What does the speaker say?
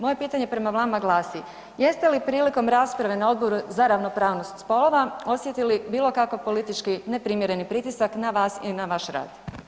Moje pitanje prema vama glasi, jeste li prilikom rasprave na Odboru za ravnopravnost spolova, osjetili bilokakav politički neprimjereni pritisak na vas i na vaš rad?